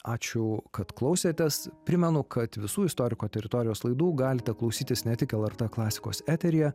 ačiū kad klausėtės primenu kad visų istoriko teritorijos laidų galite klausytis ne tik lrt klasikos eteryje